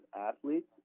athletes